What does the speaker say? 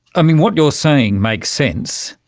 and and what you're saying makes sense,